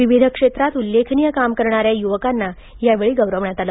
विविध क्षेत्रात उल्लेखनीय काम करणाऱ्या युवकांना यावेळी गौरवण्यात आल